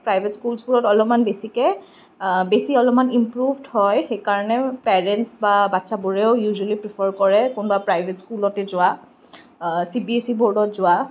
private স্কুল্চবোৰত অলপমান বেছিকৈ বেছি অলপমান ইম্প্ৰুভ হয় সেইকাৰণে পেৰেণ্টচ বা বাচ্ছাবোৰেও ইউজুৱেলী প্ৰিফাৰ কৰে কোনোবা প্ৰাইভেট স্কুলতে যোৱা চিবিএছই বোৰ্ডত যোৱা